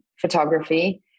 photography